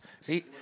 See